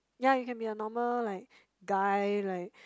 ya you can be a normal like guy like